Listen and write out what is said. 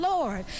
Lord